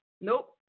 Nope